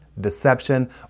deception